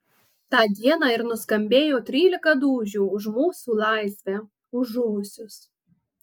tą dieną ir nuskambėjo trylika dūžių už mūsų laisvę už žuvusius